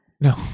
no